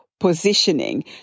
Positioning